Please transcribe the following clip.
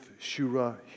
Shura